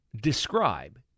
describe